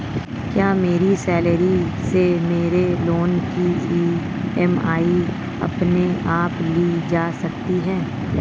क्या मेरी सैलरी से मेरे लोंन की ई.एम.आई अपने आप ली जा सकती है?